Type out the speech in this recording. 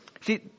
See